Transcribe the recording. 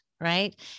Right